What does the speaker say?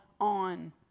on